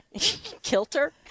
Kilter